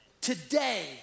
today